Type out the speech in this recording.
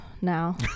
now